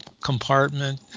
compartment